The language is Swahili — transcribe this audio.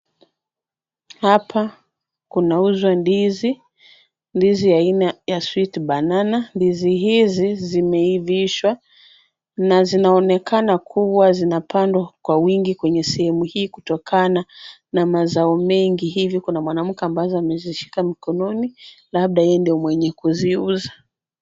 Hapa kunauzwa ndizi, ndizi aina ya sweet banana . Ndizi hizi zimeivishwa na zinaonekana kuwa zinapandwa kwa wingi kwenye sehemu hii kutokana na mazao mengi, hivi kuna mwanamke ambazo amezishika mikononi labda yeye ndio mwenye kuziuza.